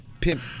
pimp